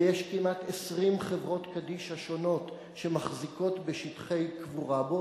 ויש כמעט 20 חברות קדישא שונות שמחזיקות בשטחי קבורה בו,